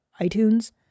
iTunes